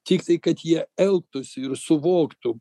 tiktai kad jie elgtųsi ir suvoktų